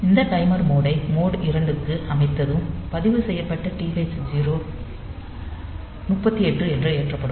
இந்த timer mode ஐ mode 2 க்கு அமைத்ததும் பதிவுசெய்யப்பட்ட TH 0 38 என ஏற்றப்படும்